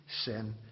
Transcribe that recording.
sin